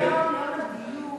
היום, יום הדיור